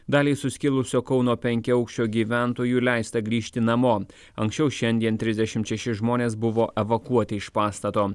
daliai suskilusio kauno penkiaaukščio gyventojų leista grįžti namo anksčiau šiandien trisdešimt šeši žmonės buvo evakuoti iš pastato